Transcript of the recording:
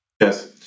Yes